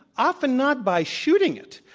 often not by shooting it.